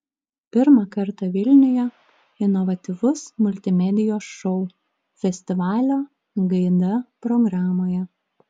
pirmą kartą vilniuje inovatyvus multimedijos šou festivalio gaida programoje